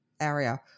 area